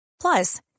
Plus